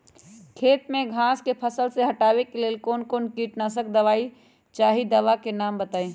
खेत में घास के फसल से हटावे के लेल कौन किटनाशक दवाई चाहि दवा का नाम बताआई?